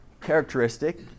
characteristic